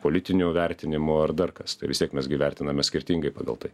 politinio vertinimo ar dar kas tai vis tiek mes gi vertiname skirtingai pagal tai